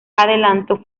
adelanto